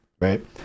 right